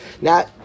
Now